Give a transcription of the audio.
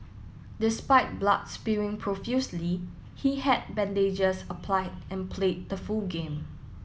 despite blood spewing profusely he had bandages applied and played the full game